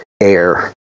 air